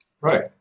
Right